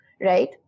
right